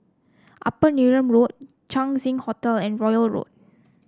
Upper Neram Road Chang Ziang Hotel and Royal Road